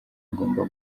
agomba